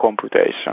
computation